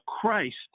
Christ